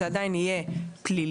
זה עדיין יהיה פלילי.